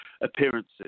appearances